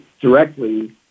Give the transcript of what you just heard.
directly